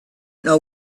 know